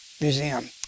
museum